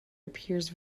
appears